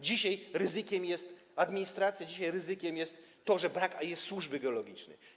Dzisiaj ryzykiem jest administracja, dzisiaj ryzykiem jest to, że brak służby geologicznej.